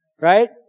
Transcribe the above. right